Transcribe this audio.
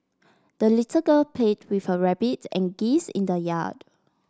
the little girl played with her rabbit and geese in the yard